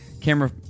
camera